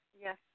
Yes